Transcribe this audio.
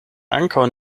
ankaŭ